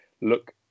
look